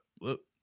Whoop